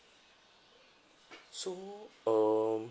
so um